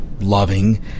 loving